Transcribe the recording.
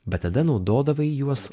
bet tada naudodavai juos